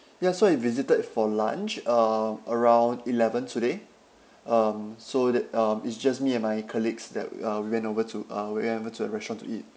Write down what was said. ya so I visited for lunch uh around eleven today um so that um it's just me and my colleagues that uh we went over to uh we went over to the restaurant to eat